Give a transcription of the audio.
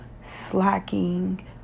slacking